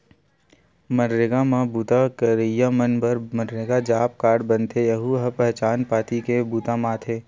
मनरेगा म बूता करइया मन बर नरेगा जॉब कारड बनथे, यहूं ह पहचान पाती के बूता म आथे